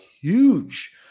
huge